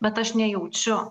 bet aš nejaučiu